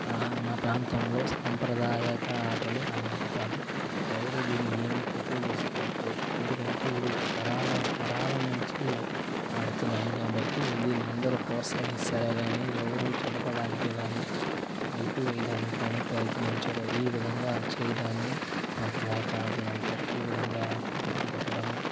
మా ప్రాంతంలో సాంప్రదాయ ఆటలు అని అంటారు ఎవరు దీని ఏమి తక్కువ చేసి చెప్పరు ఎందుకంటే ఇది తరాల తరాల నుంచి ఆడుతున్నాము కాబట్టి దీన్ని అందరు ప్రోత్సహిస్తారు కానీ ఎవరు చెడపడానికి కానీ నిలిపివేయడానికి కానీ ప్రయత్నించరు ఈ విధంగా చేయడాన్ని సాంప్రదాయ ఆటలు అంటారు ఈ విధంగా ఉట్టి కొట్టడము